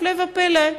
הפלא ופלא,